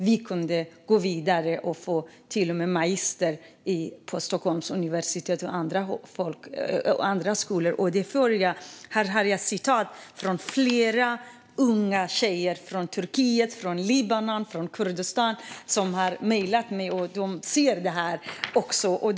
Vi kunde gå vidare och till och med få en magisterexamen på Stockholms universitet och andra skolor. Jag har med mig citat från flera unga tjejer från Turkiet, Libanon och Kurdistan som har mejlat mig. De ser också det här.